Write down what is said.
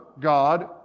God